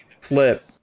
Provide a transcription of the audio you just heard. flip